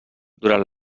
durant